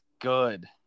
good